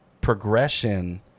progression